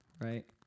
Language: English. right